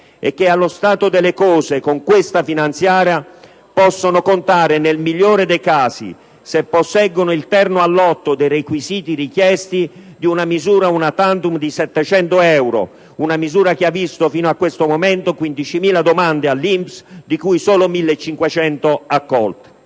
e che allo stato delle cose con questa finanziaria possono contare nel migliore dei casi, se posseggono il terno al lotto dei requisiti richiesti, su una misura *una tantum* di 700 euro: una misura che ha visto fino a questo momento 15.000 domande all'INPS, di cui solo 1.500 accolte.